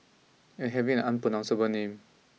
and having an unpronounceable name